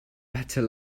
better